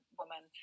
woman